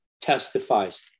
testifies